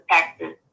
Texas